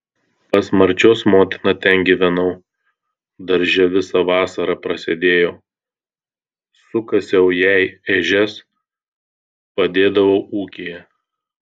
pas marčios motiną ten gyvenau darže visą vasarą prasėdėjau sukasiau jai ežias padėdavau ūkyje